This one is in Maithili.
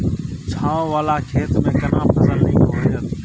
छै ॉंव वाला खेत में केना फसल नीक होयत?